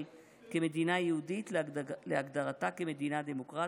כמדינה יהודית להגדרתה כמדינה דמוקרטית,